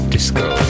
Disco